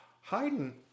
Haydn